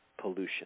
pollution